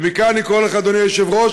ומכאן אני קורא לך, אדוני היושב-ראש,